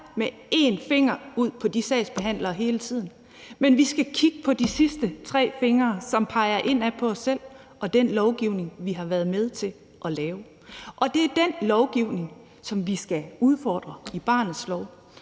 med én finger ud på de sagsbehandlere hele tiden, men vi skal kigge på de sidste tre fingre, som peger ind mod os selv og den lovgivning, vi har været med til at lave. Og det er den lovgivning, som vi skal udfordre med barnets lov,